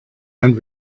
and